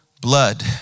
blood